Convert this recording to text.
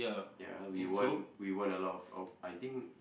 ya we won we won a lot of uh I think